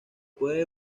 puede